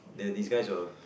then these guys were